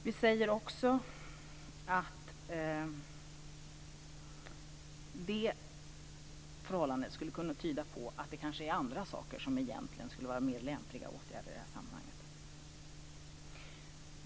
Vi säger också att detta förhållande skulle kunna tyda på att det kanske är andra åtgärder som egentligen skulle vara mer lämpliga i det här sammanhanget.